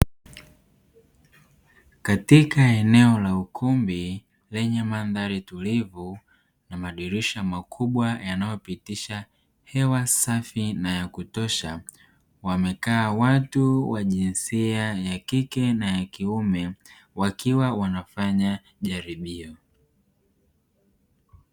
Katika eneo la ukumbi lenye mandhari tulivu na madirisha makubwa yanayopitisha hewa safi na ya kutosha, wamekaa watu wa jinsia ya kike na ya kiume wakiwa wanafanya jaribio.